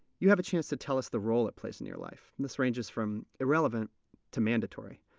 you have a chance to tell us the role it plays in your life. and this ranges from irrelevant to mandatory.